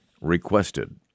requested